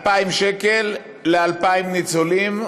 2,000 שקל ל-2,000 ניצולים,